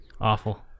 Awful